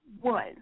one